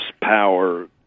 power